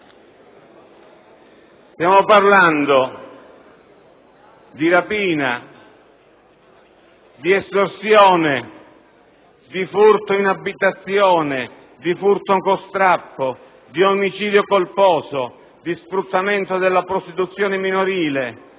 Stiamo parlando di rapina, di estorsione, di furto in abitazione, di furto con strappo, di omicidio colposo, di sfruttamento della prostituzione minorile,